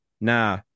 nah